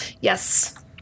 Yes